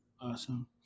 Awesome